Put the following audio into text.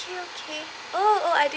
okay okay oh oh I